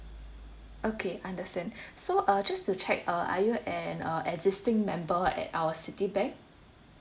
okay understand so uh just to check uh are you an uh existing member at our Citibank